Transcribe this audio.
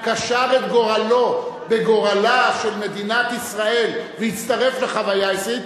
קשר את גורלו בגורלה של מדינת ישראל והצטרף לחוויה הישראלית,